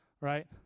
right